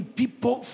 people